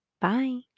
Bye